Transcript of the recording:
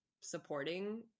supporting